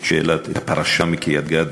את הפרשה בקריית-גת.